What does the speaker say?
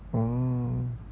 orh